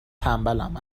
تنبلم